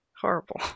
Horrible